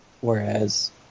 whereas